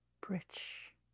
bridge